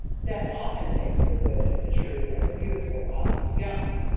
death often takes the good, the true, and the beautiful whilst young.